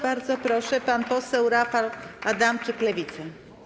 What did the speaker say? Bardzo proszę, pan poseł Rafał Adamczyk, Lewica.